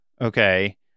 Okay